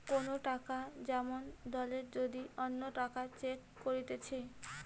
কোন টাকা যেমন দলের যদি অন্য টাকায় চেঞ্জ করতিছে